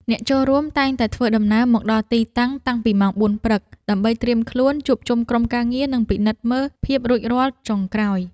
អ្នកចូលរួមតែងតែធ្វើដំណើរមកដល់ទីតាំង តាំងពីម៉ោង ៤ ព្រឹក ដើម្បីត្រៀមខ្លួន ជួបជុំក្រុមការងារ និងពិនិត្យមើលភាពរួចរាល់ចុងក្រោយ។